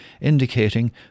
indicating